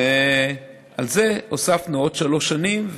ועל זה הוספנו עוד שלוש שנים,